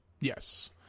Yes